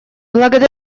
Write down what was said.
благодарю